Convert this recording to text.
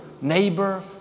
neighbor